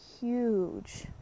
huge